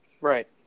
Right